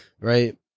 right